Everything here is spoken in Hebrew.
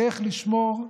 הדרך לשמור,